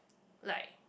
like